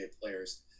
players